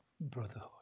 brotherhood